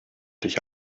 dich